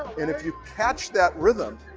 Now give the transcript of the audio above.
and if you catch that rhythm,